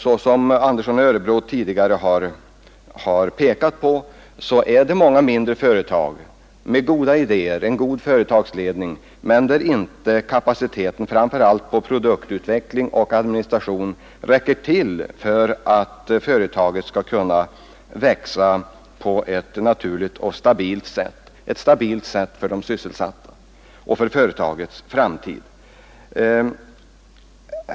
Såsom herr Andersson i Örebro tidigare har framhållit är det många mindre företag där man har goda idéer och en god företagsledning men där inte kapaciteten, framför allt i fråga om produktutveckling och 111 administration, räcker till för att företaget skall kunna växa på ett naturligt och stabilt sätt för de anställda och för företagets framtid.